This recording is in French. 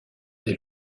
des